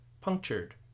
Punctured